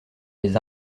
les